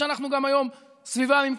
שגם היום אנחנו סביבם,